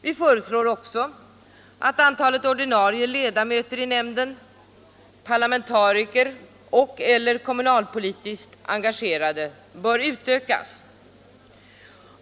Vi föreslår också att antalet ordinarie ledamöter i nämnden, parlamentariker och/eller kommunalpolitiskt engagerade, bör utökas.